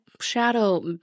shadow